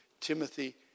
Timothy